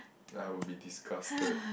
I will be disgusted